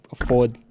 afford